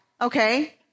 okay